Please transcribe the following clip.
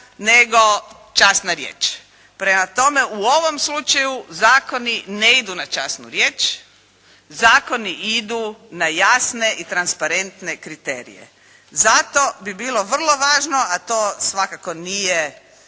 nego časna riječ. Prema tome, u ovom slučaju zakoni ne idu na časnu riječ, zakoni idu na jasne i transparentne kriterije. Zato bi bilo vrlo važno a to svakako nije